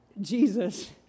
Jesus